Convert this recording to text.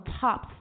Top